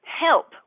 Help